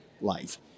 life